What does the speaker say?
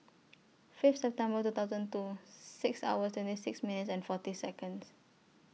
Fifth September two thousand two six hour twenty six minutes and fourteen Seconds